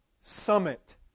summit